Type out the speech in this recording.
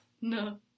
No